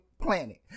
planet